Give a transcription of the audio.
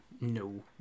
No